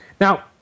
Now